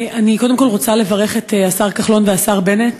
אני קודם כול רוצה לברך את השר כחלון והשר בנט,